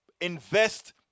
invest